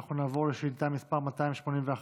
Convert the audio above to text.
אנחנו נעבור לשאילתה מס' 281,